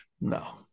no